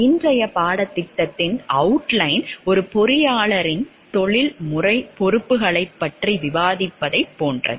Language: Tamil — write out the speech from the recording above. இன்றைய பாடத்திட்டத்தின் அவுட்லைன் ஒரு பொறியாளரின் தொழில்முறை பொறுப்புகளைப் பற்றி விவாதிப்பதைப் போன்றது